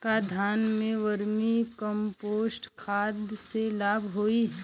का धान में वर्मी कंपोस्ट खाद से लाभ होई?